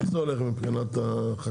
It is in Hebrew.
איך זה הולך מבחינת החקירות?